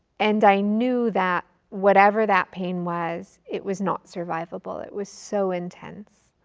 and i knew that whatever that pain was, it was not survivable, it was so intense.